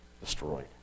destroyed